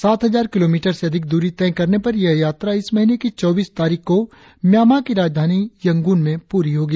सात हजार किलोमीटर से अधिक दूरी तय करने पर यह यात्रा इस महीने की चौबीस तारीख को म्यामां की राजधानी यंगून में पूरी होगी